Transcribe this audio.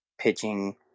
pitching